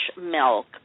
milk